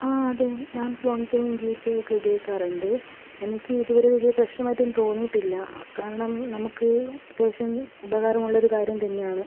ആ അതേ ഞാൻ ഫോൺ പേയും ജിപേയും ഒക്കെ ഉപയോഗിക്കാറുണ്ട് എനിക്ക് ഇതുവരെ വലിയ പ്രശ്നമായിട്ട് അത് തോന്നിയിട്ടില്ല കാരണം നമുക്ക് അത്യാവശ്യം ഉപകാരമുള്ള ഒരു കാര്യം തന്നെയാണ്